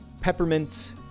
peppermint